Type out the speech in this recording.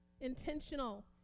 intentional